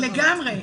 לגמרי.